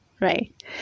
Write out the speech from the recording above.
Right